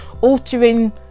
altering